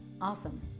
Awesome